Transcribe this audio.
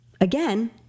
again